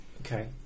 Okay